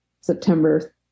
September